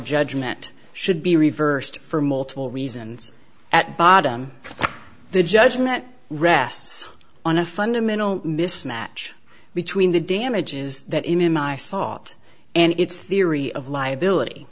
judgment should be reversed for multiple reasons at bottom the judgment rests on a fundamental mismatch between the damages that him and i sought and it's theory of liability